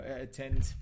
attend